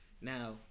Now